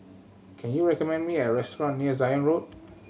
can you recommend me a restaurant near Zion Road